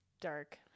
dark